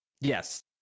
yes